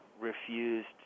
refused